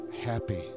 happy